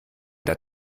der